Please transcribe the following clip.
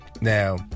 Now